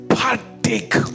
partake